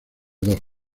dos